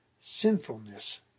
sinfulness